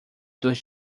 dois